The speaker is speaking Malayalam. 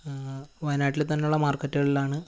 വയനാട്ടിൽ തന്നെയുള്ള മാർക്കറ്റുകളിലാണ്